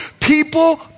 People